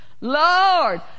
Lord